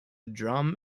drum